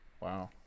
wow